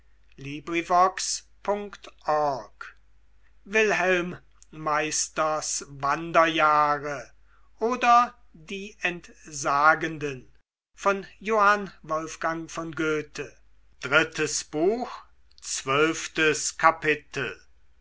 wilhelm meisters wanderjahre oder die entsagenden